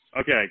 Okay